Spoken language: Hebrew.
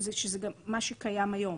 מה שקיים היום,